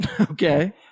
Okay